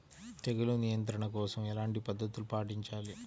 తెగులు నియంత్రణ కోసం ఎలాంటి పద్ధతులు పాటించాలి?